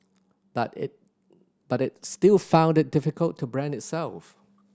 but it but it still found it difficult to brand itself